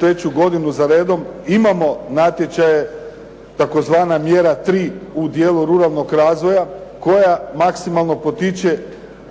treću godinu zaredom imamo natječaje, tzv. mjera 3 u dijelu ruralnog razvoja koja maksimalno potiče